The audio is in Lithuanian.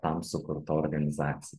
tam sukurta organizacija